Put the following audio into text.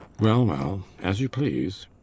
well, well as you please.